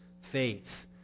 faith